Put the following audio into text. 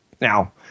Now